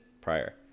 prior